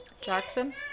Jackson